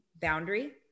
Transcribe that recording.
boundary